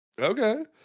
Okay